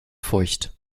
feucht